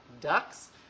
ducks